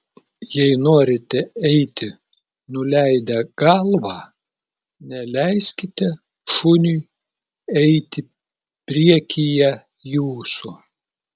jei norite eiti nuleidę galvą neleiskite šuniui eiti priekyje jūsų